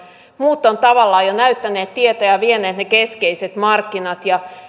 tavallaan jo näyttäneet tietä ja ja vieneet ne keskeiset markkinat